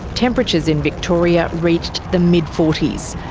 temperatures in victoria reached the mid forty s,